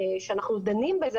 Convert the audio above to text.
שאנחנו דנים בזה,